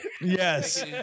yes